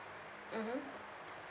mmhmm